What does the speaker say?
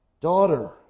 daughter